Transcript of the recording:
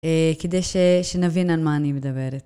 כדי שנבין על מה אני מדברת.